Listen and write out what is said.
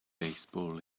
baseball